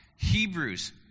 Hebrews